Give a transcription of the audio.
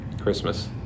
Christmas